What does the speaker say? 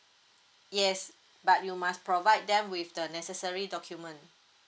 yes but you must provide them with the necessary document